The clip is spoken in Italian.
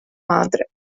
madre